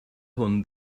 hwn